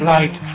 Light